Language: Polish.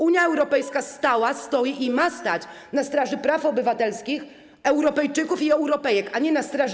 Unia Europejska stała, stoi i ma stać na straży praw obywatelskich Europejczyków i Europejek, a nie na straży.